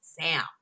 Sam